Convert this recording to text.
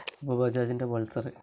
ബജാജിൻ്റെ Pulsar